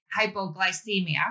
hypoglycemia